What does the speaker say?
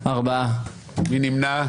מי נמנע?